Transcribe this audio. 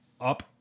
up